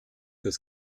fürs